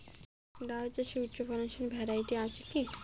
লাউ বীজের উচ্চ ফলনশীল ভ্যারাইটি আছে কী?